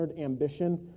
ambition